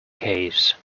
case